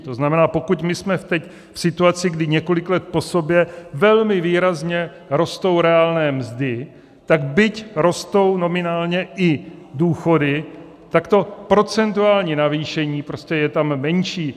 To znamená, pokud my jsme teď v situaci, kdy několik let po sobě velmi výrazně rostou reálné mzdy, tak byť rostou nominálně i důchody, tak to procentuální navýšení prostě je tam menší.